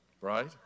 right